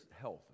health